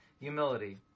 humility